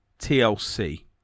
TLC